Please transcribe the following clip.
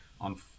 on